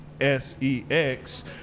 s-e-x